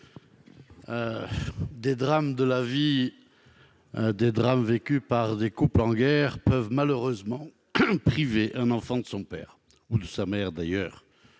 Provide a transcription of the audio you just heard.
Les drames de la vie, les drames vécus par des couples en guerre peuvent malheureusement priver un enfant de son père ou de sa mère.